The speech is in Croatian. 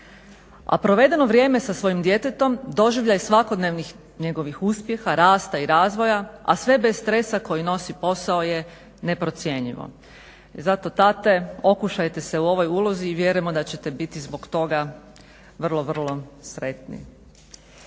A provedeno vrijeme sa svojim djetetom, doživljaj svakodnevnih njegovih uspjeha, rasta i razvoja a sve bez stresa koji nosi posao je neprocjenjivo. I zato tate okušajte se u ovoj ulozi i vjerujemo da ćete biti zbog toga vrlo, vrlo sretni.